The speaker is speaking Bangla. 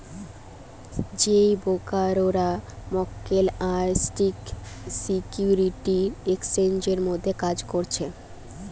যেই ব্রোকাররা মক্কেল আর স্টক সিকিউরিটি এক্সচেঞ্জের মধ্যে কাজ করছে